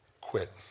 quit